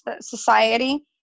society